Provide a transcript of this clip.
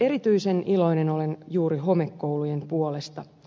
erityisen iloinen olen juuri homekoulujen puolesta